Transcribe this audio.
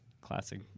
classic